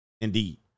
Indeed